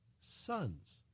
sons